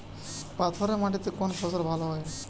পাথরে মাটিতে কোন ফসল ভালো হয়?